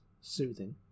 soothing